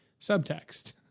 subtext